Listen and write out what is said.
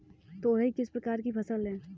तोरई किस प्रकार की फसल है?